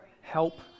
help